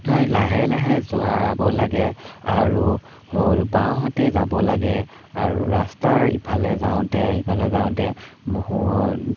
লাহে লাহে যোৱাব লাগে আৰু বাওঁহাতে যাব লাগে আৰু ৰাস্তাৰ ইফালে যাওঁতে ইফালে যাওঁতে